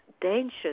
dangerous